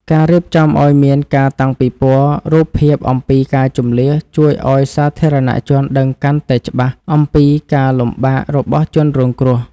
ការរៀបចំឱ្យមានការតាំងពិព័រណ៍រូបភាពអំពីការជម្លៀសជួយឱ្យសាធារណជនយល់ដឹងកាន់តែច្បាស់អំពីការលំបាករបស់ជនរងគ្រោះ។